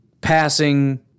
passing